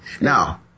Now